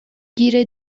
گیر